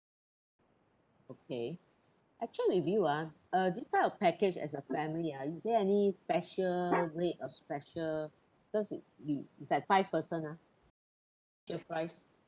okay I check with you ah uh this type of package as a family ah is there any special rate or special cause we it's like five person ah special price